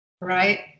Right